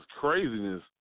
craziness